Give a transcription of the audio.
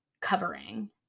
covering